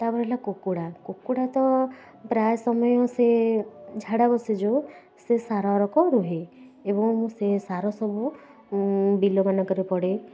ତା'ପରେ ରହିଲା କୁକୁଡ଼ା କୁକୁଡ଼ା ତ ପ୍ରାୟ ସମୟ ସେ ଝାଡ଼ା ବସେ ଯେଉଁ ସେ ସାର ରକମ୍ ରୁହେ ଏବଂ ସେ ସାର ସବୁ ବିଲ ମାନଙ୍କରେ ପଡ଼େ